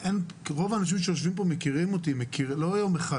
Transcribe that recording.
רוב האנשים שיושבים פה מכירים אותי לא יום אחד,